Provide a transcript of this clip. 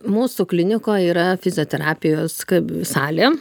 mūsų klinikoj yra fizioterapijos kab salė